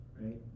Right